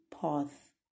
path